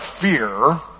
fear